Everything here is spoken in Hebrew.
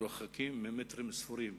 הבתים מרוחקים מטרים ספורים,